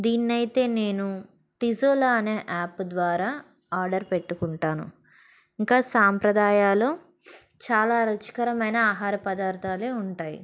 దీన్నైతే నేను టిజోలా అనే యాప్ ద్వారా ఆర్డర్ పెట్టుకుంటాను ఇంకా సాంప్రదాయాలో చాలా రుచికరమైన ఆహార పదార్థాలే ఉంటాయి